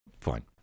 Fine